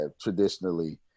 traditionally